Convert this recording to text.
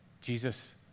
Jesus